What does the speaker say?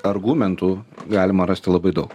argumentų galima rasti labai daug